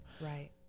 Right